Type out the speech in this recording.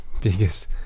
biggest